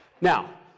Now